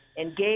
engage